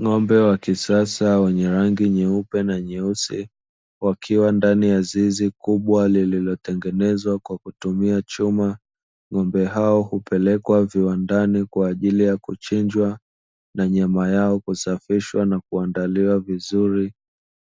Ng'ombe wa kisasa wenye rangi nyeupe na nyeusi wakiwa ndani ya zizi kubwa lililotengenezwa kwa kutumia chuma. Ng'ombe hao hupelekwa viwandani kwa ajili ya kuchinjwa na nyama yao husafishwa na kuandaliwa vizuri,